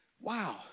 wow